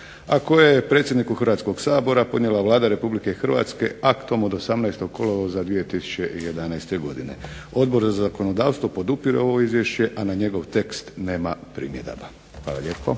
a koje je predsjedniku Hrvatskoga sabora podnijela Vlada Republike Hrvatske aktom od 18. kolovoza 2011. godine. Odbor za zakonodavstvo podupire ovo izvješće, a na njegov tekst nema primjedaba. Hvala lijepo.